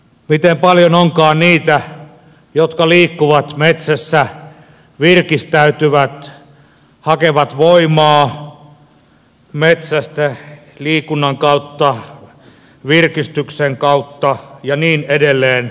miten paljon onkaan niitä jotka liikkuvat metsässä virkistäytyvät hakevat voimaa metsästä liikunnan kautta virkistyksen kautta ja niin edelleen